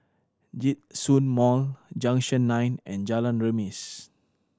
Djitsun Mall Junction Nine and Jalan Remis